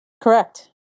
Correct